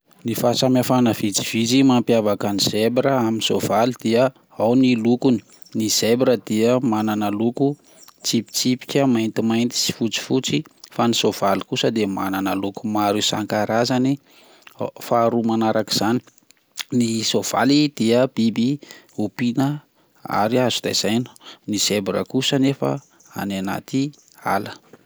Ny fahasamihafana vitsitsivy mampiavaka ny zebra amin'ny soavaly dia ao ny lokony ny zebra dia manana loko tsipitsipika maintimainty sy fotsifotsy fa soavaly kosa dia manana loko maro isan-karazany, faharoa manaraka izany ny soavaly dia biby ompiana ary azo tezaina ny zebra kosa anefa any anaty ala.